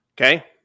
Okay